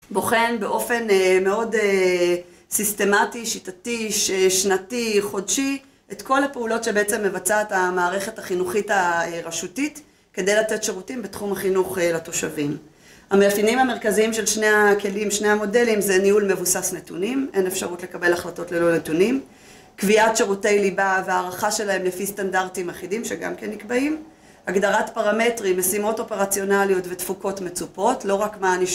בוחן באופן מאוד סיסטמטי, שיטתי, שנתי, חודשי, את כל הפעולות שבעצם מבצעת המערכת החינוכית הרשותית, כדי לתת שירותים בתחום החינוך לתושבים. המאפיינים המרכזיים של שני הכלים, שני המודלים, זה ניהול מבוסס נתונים, אין אפשרות לקבל החלטות ללא נתונים, קביעת שירותי ליבה והערכה שלהם לפי סטנדרטים אחידים שגם כן נקבעים, הגדרת פרמטרים, משימות אופרציונליות ותפוקות מצופות, לא רק מה...